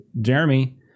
Jeremy